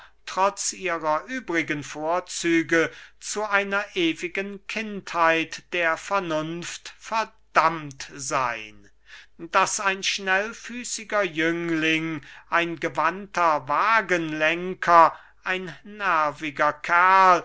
trotz ihrer übrigen vorzüge zu einer ewigen kindheit der vernunft verdammt seyn daß ein schnellfüßiger jüngling ein gewandter wagenlenker ein